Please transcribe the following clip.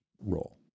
role